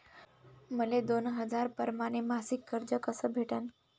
मले दोन हजार परमाने मासिक कर्ज कस भेटन?